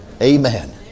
Amen